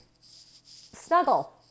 snuggle